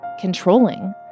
controlling